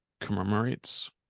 commemorates